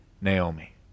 Naomi